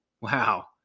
Wow